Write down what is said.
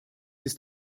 ist